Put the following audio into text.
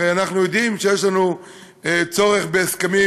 הרי אנחנו יודעים שיש לנו צורך בהסכמים